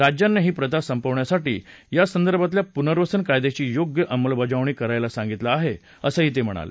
राज्यांना ही प्रथा संपवण्यासाठी या संदर्भातल्या पूनर्वसन कायद्याची योग्य अंमलबजावणी करायला सांगितलं आहे असं ते म्हणाले